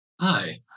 Hi